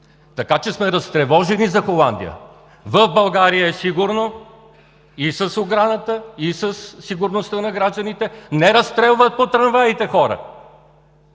Така че сме разтревожени за Холандия. В България е сигурно и с оградата, и със сигурността на гражданите – не разстрелват по трамваите хора.